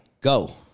Go